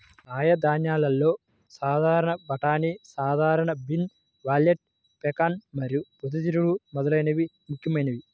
కాయధాన్యాలలో సాధారణ బఠానీ, సాధారణ బీన్, వాల్నట్, పెకాన్ మరియు పొద్దుతిరుగుడు మొదలైనవి ముఖ్యమైనవి